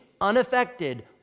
unaffected